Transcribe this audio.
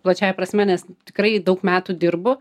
plačiąja prasme nes tikrai daug metų dirbu